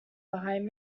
behind